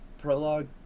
prologue